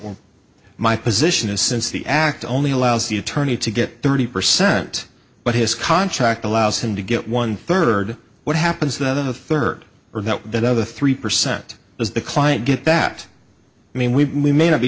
my position is since the act only allows the attorney to get thirty percent but his contract allows him to get one third what happens that in the third or that other three percent is the client get that i mean we may not be